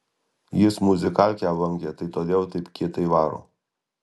jis muzikalkę lankė tai todėl taip kietai varo